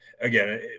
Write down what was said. again